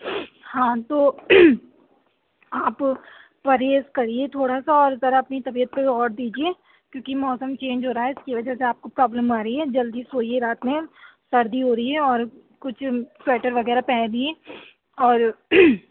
ہاں تو آپ پرہیز کریے تھوڑا سا اور ذرا اپنی طبیعت پہ غور دیجیے کیونکہ موسم چینج ہو رہا ہے اس کی وجہ سے آپ کو پرابلم آ رہی ہے جلدی سوئیے رات میں سردی ہو رہی ہے اور کچھ سویٹر وغیرہ پہنیے اور